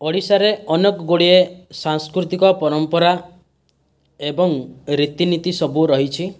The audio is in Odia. ଓଡ଼ିଶାରେ ଅନକ ଗୁଡ଼ିଏ ସାଂସ୍କୃତିକ ପରମ୍ପରା ଏବଂ ରୀତିନୀତି ସବୁ ରହିଛି